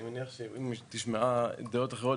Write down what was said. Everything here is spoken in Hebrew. אני מניח שתשמע דעות אחרות,